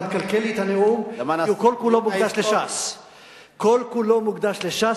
אתה מקלקל לי את הנאום, כי כל כולו מוקדש לש"ס.